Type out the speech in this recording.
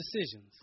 decisions